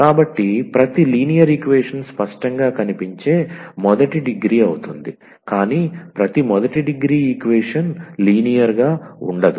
కాబట్టి ప్రతి linear equation స్పష్టంగా కనిపించే మొదటి డిగ్రీ అవుతుంది కానీ ప్రతి మొదటి డిగ్రీ ఈక్వేషన్ లీనియర్ గా ఉండదు